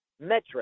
metric